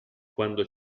quando